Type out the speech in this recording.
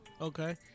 okay